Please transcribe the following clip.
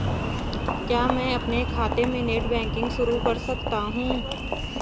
क्या मैं अपने खाते में नेट बैंकिंग शुरू कर सकता हूँ?